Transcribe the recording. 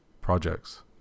projects